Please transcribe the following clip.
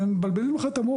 מבלבלים לך את המוח.